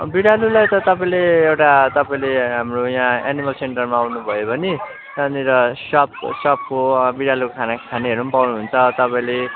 बिरालोलाई त तपाईँले एउटा तपाईँले हाम्रो यहाँ एनिमल सेन्टरमा आउनुभयो भने त्यहाँनिर सप सपको बिरालो खाना खानेहरू पनि पाउनुहुन्छ तपाईँले